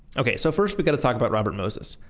okay, so first, we got to talk about robert moses,